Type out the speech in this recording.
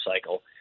cycle